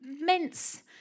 immense